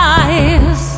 eyes